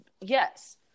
yes